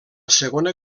segona